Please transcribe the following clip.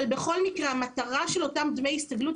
אבל בכל מקרה המטרה של אותם דמי הסתגלות,